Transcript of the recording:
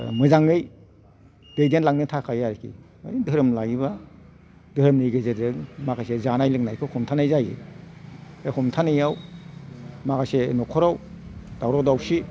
मोजाङै दैदेन लांनो थाखाय आरिखि मानि धोरोम लायोबा धोरोमनि गेजेरजों माखासे जानाय लोंनायखौ हमथानाय जायो बे हमथानायाव माखासे न'खराव दावराव दावसि